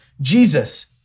Jesus